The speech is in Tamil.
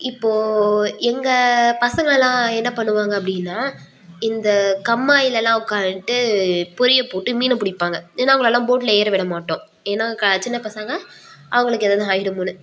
இப்போது எங்கள் பசங்களாம் என்ன பண்ணுவாங்க அப்படின்னா இந்த கம்மாயிலேலாம் ஒக்காந்துட்டு பொறியை போட்டு மீனை பிடிப்பாங்க ஏன்னா அவங்களலாம் போட்டில் ஏற விடமாட்டோம் ஏன்னா க சின்ன பசங்க அவங்களுக்கு ஏதோ ஆகிடுமோனு